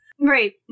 Right